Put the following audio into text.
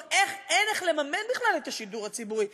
אין איך לממן בכלל את השידור הציבורי,